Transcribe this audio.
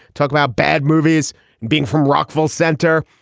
talk about bad movies and being from rockville centre.